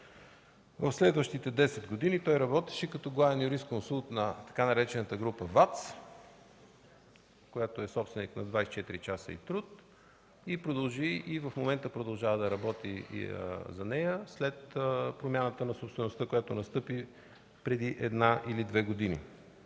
В следващите десет години той работеше като главен юрисконсулт на така наречената група ВАЦ, която е собственик на „24 часа” и „Труд”. В момента продължава да работи за нея – след промяната на собствеността, която настъпи преди една или две години.